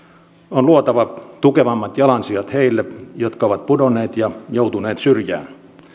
on luotava tukevammat jalansijat heille jotka ovat pudonneet ja joutuneet syrjään